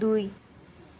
দুই